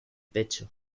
pecho